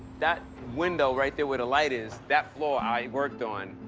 that window right there where the light is, that floor i worked on,